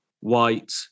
white